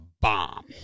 bomb